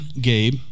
Gabe